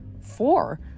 four